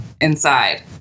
inside